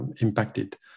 impacted